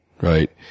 right